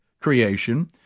creation